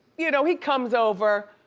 you know he comes over.